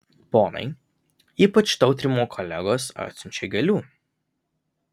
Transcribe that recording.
ponai ypač tautrimo kolegos atsiunčią gėlių